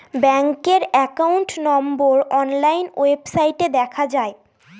ব্যাঙ্কের account number online ওয়েবসাইটে দেখা যায়